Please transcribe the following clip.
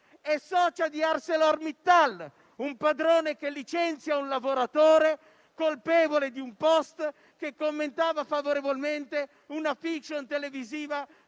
è socia di ArcelorMittal, un padrone che licenzia un lavoratore colpevole di aver pubblicato un *post* che commentava favorevolmente una *fiction* televisiva